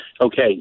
Okay